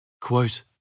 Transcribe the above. quote